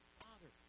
father